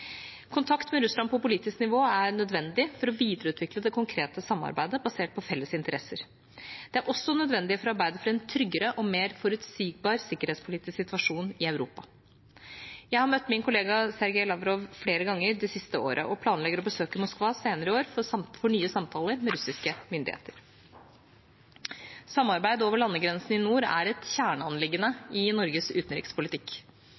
Kontakt med Russland på politisk nivå er nødvendig for å videreutvikle det konkrete samarbeidet basert på felles interesser. Det er også nødvendig for å arbeide for en tryggere og mer forutsigbar sikkerhetspolitisk situasjon i Europa. Jeg har møtt min kollega Sergei Lavrov flere ganger det siste året og planlegger å besøke Moskva senere i år for nye samtaler med russiske myndigheter. Samarbeid over landegrensene i nord er et